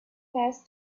has